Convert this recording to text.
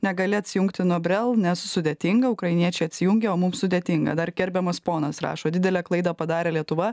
negali atsijungti nuo brel nes sudėtinga ukrainiečiai atsijungia o mum sudėtinga dar gerbiamas ponas rašo didelę klaidą padarė lietuva